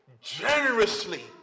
Generously